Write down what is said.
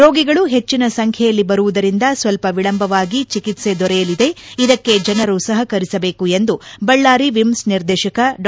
ರೋಗಿಗಳು ಹೆಚ್ಚಿನ ಸಂಖ್ಯೆಯಲ್ಲಿ ಬರುವುದರಿಂದ ಸ್ಪಲ್ಪ ವಿಳಂಬವಾಗಿ ಚಿಕಿತ್ಸೆ ದೊರೆಯಲಿದೆ ಇದಕ್ಕೆ ಜನರು ಸಹಕರಿಸಬೇಕು ಎಂದು ಬಳ್ಳಾರಿ ವಿಮ್ಲ್ ನಿರ್ದೇಶಕ ಡಾ